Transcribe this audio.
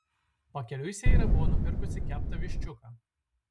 pakeliui seira buvo nupirkusi keptą viščiuką